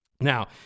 Now